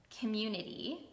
community